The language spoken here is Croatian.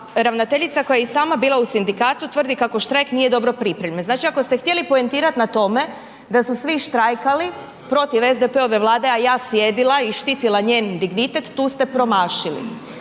ravnateljica koja je i sama bila u sindikatu tvrdi kako štrajk nije dobro pripremljen.“ Znači ako ste htjeli poentirati na tome da su svi štrajkali protiv SDP-ove vlade, a sjedila i štitila njen dignitet tu ste promašili.